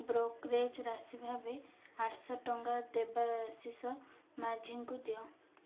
brokerage ରାଶି ଭାବେ ଆଠଶହ ଟଙ୍କା ଦେବାଶିଷ ମାଝୀଙ୍କୁ ଦିଅ